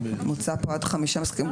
מוצע פה עד חמישה משחקים.